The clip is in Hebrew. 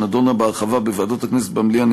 שנדונה בהרחבה בוועדות הכנסת ובמליאה,